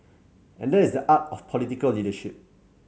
and that is the art of political leadership